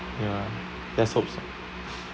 ya let's hope so